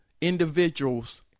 individuals